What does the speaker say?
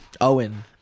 Owen